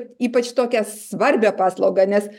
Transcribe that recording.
ypač tokią svarbią paslaugą nes